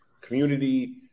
community